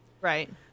Right